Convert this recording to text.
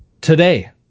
today